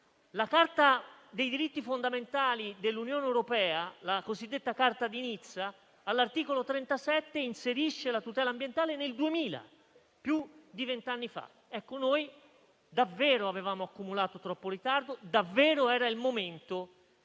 La Carta dei diritti fondamentali dell'Unione europea, la cosiddetta Carta di Nizza, all'articolo 37 inserisce la tutela ambientale nel 2000, più di vent'anni fa. Noi davvero avevamo accumulato troppo ritardo e davvero era il momento